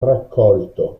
raccolto